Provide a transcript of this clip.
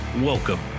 welcome